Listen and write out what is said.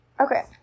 Okay